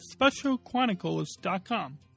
specialchronicles.com